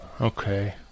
Okay